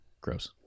Gross